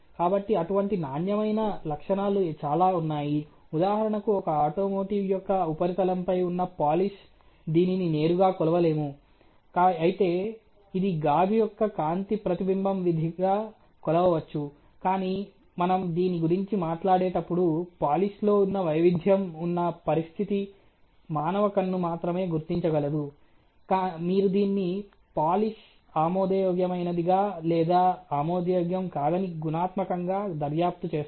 కాబట్టి అటువంటి నాణ్యమైన లక్షణాలు చాలా ఉన్నాయి ఉదాహరణకు ఒక ఆటోమోటివ్ యొక్క ఉపరితలంపై ఉన్న పాలిష్ దీనిని నేరుగా కొలవలేము అయితే ఇది గాజు యొక్క కాంతి ప్రతిబింబం విధిగా కొలవవచ్చు కాని మనం దీని గురించి మాట్లాడేటప్పుడు పోలిష్లో చిన్న వైవిధ్యం ఉన్న పరిస్థితి మానవ కన్ను మాత్రమే గుర్తించగలదు మీరు దీన్ని పోలిష్ ఆమోదయోగ్యమైనదిగా లేదా ఆమోదయోగ్యం కాదని గుణాత్మకంగా దర్యాప్తు చేస్తారు